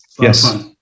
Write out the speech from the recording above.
Yes